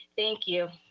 thank you.